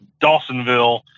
Dawsonville